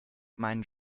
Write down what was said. meinen